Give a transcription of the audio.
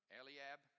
Eliab